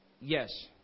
yes